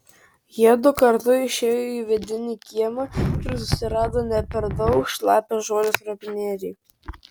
jiedu kartu išėjo į vidinį kiemą ir susirado ne per daug šlapią žolės lopinėlį